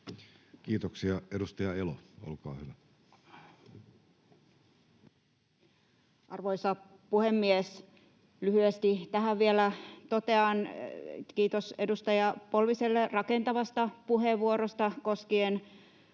Kiitoksia. — Edustaja Elo, olkaa hyvä. Arvoisa puhemies! Lyhyesti tähän vielä totean: Kiitos edustaja Polviselle rakentavasta puheenvuorosta koskien